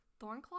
Thornclaw